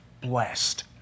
blessed